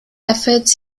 efforts